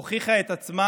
הוכיחה את עצמה